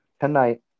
tonight